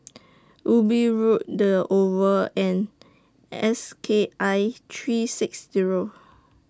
Wilby Road The Oval and S K I three six Zero